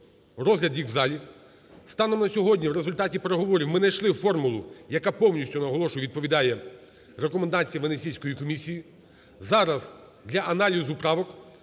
розгляд їх в залі. Станом на сьогодні в результаті переговорів ми найшли формулу, яка повністю, наголошую, відповідає рекомендаціям Венеціанської комісії. Зараз для аналізу правок